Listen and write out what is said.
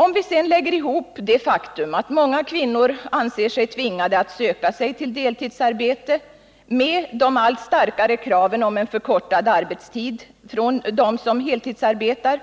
Om vi sedan lägger ihop det faktum att många kvinnor anser sig tvingade att söka sig deltidsarbete med de allt starkare kraven på förkortad arbetstid från dem som heltidsarbetar